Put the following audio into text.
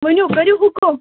ؤنِو کٔرِو حُکُم